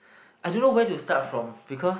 I don't know where to start from because